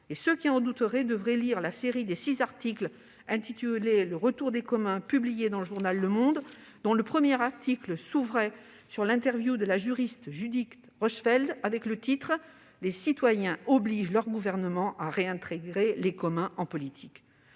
Ceux qui en douteraient devraient lire la série des six articles intitulée « Le retour des communs » publiée dans le journal dont le premier s'ouvrait par l'interview de la juriste Judith Rochfeld avec le titre :« Les citoyens obligent leur gouvernement à réintégrer les communs en politique ».